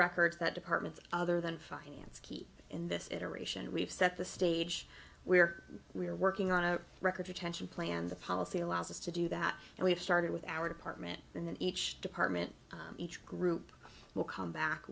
records that department other than finance keep in this iteration we've set the stage where we're working on a record retention plan the policy allows us to do that and we have started with our department and then each department each group will come back